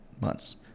months